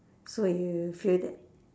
so you feel that